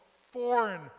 foreign